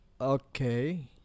Okay